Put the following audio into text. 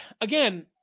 Again